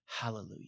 Hallelujah